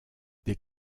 des